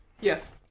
Yes